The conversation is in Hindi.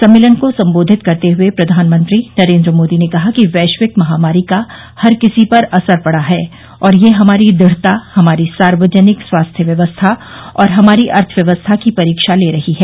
सम्मेलन को सम्बोधित करते हुए प्रधानमंत्री नरेन्द्र मोदी ने कहा कि वैश्विक महामारी का हर किसी पर असर पड़ा है और ये हमारी दृढ़ता हमारी सार्वजनिक स्वास्थ्य व्यवस्था और हमारी अर्थव्यवस्था की परीक्षा ले रही है